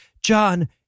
John